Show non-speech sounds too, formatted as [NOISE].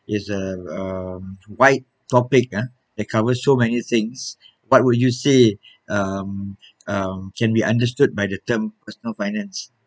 is [BREATH] um um wide topic ah it covers so many things [BREATH] what would you say [BREATH] um um can be understood by the term personal finance